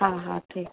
हा हा ठीकु